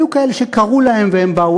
היו כאלה שקראו להם והם באו,